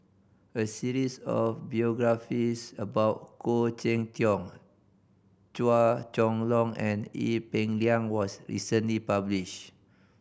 a series of biographies about Khoo Cheng Tiong Chua Chong Long and Ee Peng Liang was recently publish